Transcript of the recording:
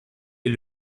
est